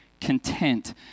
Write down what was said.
content